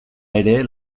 ere